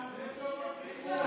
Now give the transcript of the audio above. כמה?